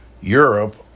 Europe